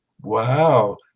Wow